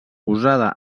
usada